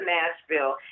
Nashville